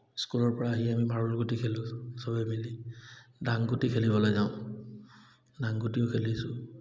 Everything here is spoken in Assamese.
স্কুলৰ পৰা আহি আমি মাৰ্বলগুটি খেলোঁ চবেই মিলি ডাংগুটি খেলিবলৈ যাওঁ ডাংগুটিও খেলিছোঁ